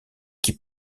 qui